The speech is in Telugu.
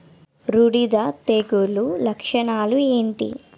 బూడిద తెగుల లక్షణాలు ఏంటి?